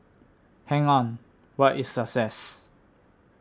hang on what is success